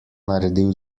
naredil